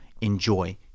Enjoy